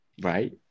Right